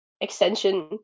extension